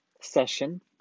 session